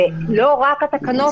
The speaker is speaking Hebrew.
גם בתקנות